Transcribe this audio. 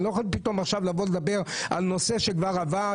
אני לא יכול פתאום עכשיו לדבר על נושא שעבר עבר,